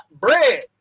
bread